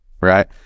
right